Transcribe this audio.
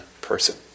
person